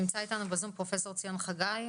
נמצא איתנו בזום פרופ' ציון חגי,